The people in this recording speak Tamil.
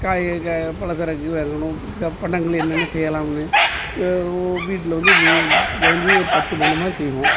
காய் க பலசரக்கு இறக்கணும் தின்பண்டங்கள் என்னென்ன செய்யலாம்ன்னு வீட்டில் வந்து வி குறஞ்சது ஒரு பத்து பண்டமாவது செய்வோம்